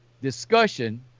discussion